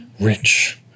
rich